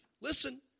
listen